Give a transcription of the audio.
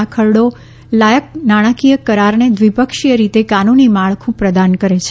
આ ખરડી લાયક નાણાકીય કરારને દ્વિપક્ષીય રીતે કાનૂની માળખું પ્રદાન કરે છે